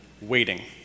waiting